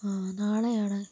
ആ നാളെയാണ്